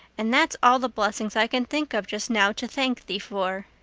and that's all the blessings i can think of just now to thank thee for.